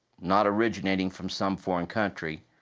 not originating from some foreign country,